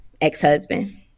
ex-husband